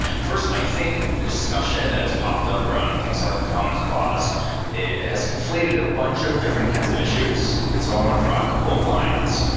first, i think the discussion that has popped up around things like the commons clause has conflated a bunch of different kinds of issues. and so i want to draw a couple of lines.